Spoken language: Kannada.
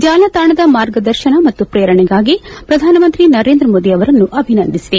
ಜಾಲತಾಣದ ಮಾರ್ಗದರ್ಶನ ಮತ್ತು ಪ್ರೇರಣೆಗಾಗಿ ಪ್ರಧಾನ ಮಂತ್ರಿ ನರೇಂದ್ರ ಮೋದಿ ಅವರನ್ನು ಅಭಿನಂದಿಸಿದೆ